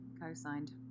Co-signed